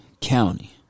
County